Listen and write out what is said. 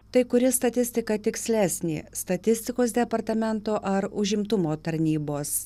tai kuri statistika tikslesnė statistikos departamento ar užimtumo tarnybos